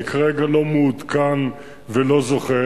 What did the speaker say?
אני כרגע לא מעודכן ולא זוכר.